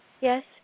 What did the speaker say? Yes